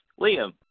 Liam